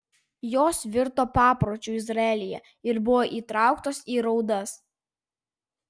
jos virto papročiu izraelyje ir buvo įtrauktos į raudas